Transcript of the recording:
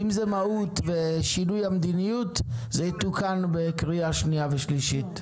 אם זה מהות ושינוי המדיניות זה יתוקן בקריאה שנייה ושלישית.